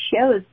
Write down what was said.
shows